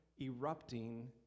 erupting